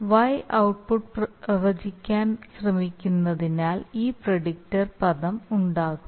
Y output പ്രവചിക്കാൻ ശ്രമിക്കുന്നതിനാൽ ഈ പ്രിഡിക്റ്റർ പദം ഉണ്ടാകും